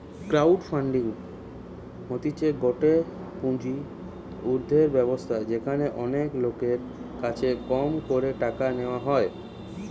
crowd funding হতিছে গটে পুঁজি উর্ধের ব্যবস্থা যেখানে অনেক লোকের কাছে কম করে টাকা নেওয়া হয়